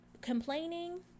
complaining